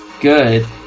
good